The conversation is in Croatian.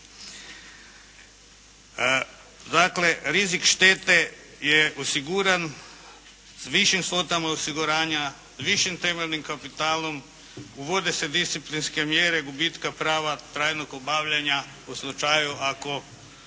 Dakle, rizik štete je osiguran s višim svotama osiguranja, višim temeljnim kapitalom, uvode se disciplinske mjere gubitka prava trajnog obavljanja u slučaju ako